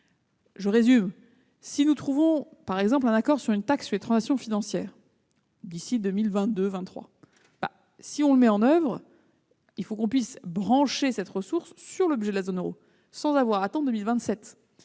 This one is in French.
ouverte. Si nous trouvons, par exemple, un accord sur une taxe sur les transactions financières d'ici à 2022 ou à 2023, il faudra que l'on puisse brancher cette ressource sur le budget de la zone euro sans avoir à attendre 2027.